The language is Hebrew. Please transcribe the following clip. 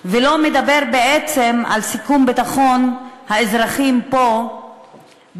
ולא מדבר בעצם על סיכון ביטחון האזרחים פה בקיום